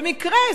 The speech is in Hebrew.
במקרה,